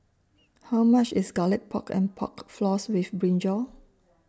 How much IS Garlic Pork and Pork Floss with Brinjal